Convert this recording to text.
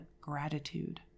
gratitude